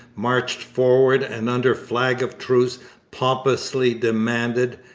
marched forward, and under flag of truce pompously demanded,